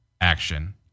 action